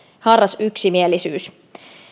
harras yksimielisyys